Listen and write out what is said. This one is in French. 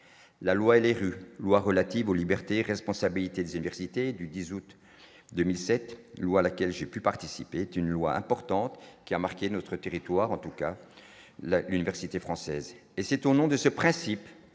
la loi LRU loi relative aux libertés et responsabilités des universités du 10 août 2007 loi laquelle j'ai pu participer est une loi importante qui a marqué notre territoire en tout cas la l'université française et c'est au nom de ce principe